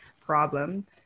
problem